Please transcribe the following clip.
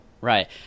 right